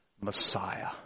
Messiah